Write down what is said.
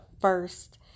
first